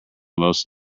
most